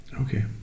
Okay